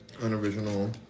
unoriginal